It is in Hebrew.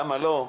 למה לא?